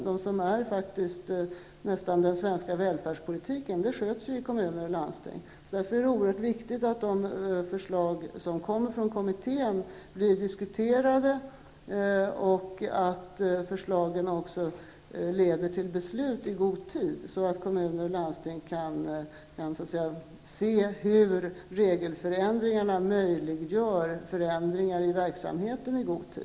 Det som ingår i den svenska välfärdspolitiken sköts ju av kommuner och landsting. Det är därför viktigt att kommitténs förslag blir diskuterade och att förslagen också leder till att man kan fatta beslut i god tid, så att kommuner och landsting kan se hur regelförändringarna på ett tidigt stadium möjliggör förändrigar i verksamheten.